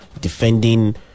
defending